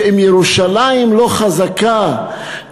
שאם ירושלים לא חזקה,